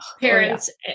parents